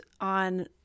on